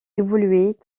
évoluer